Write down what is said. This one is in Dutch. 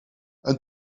een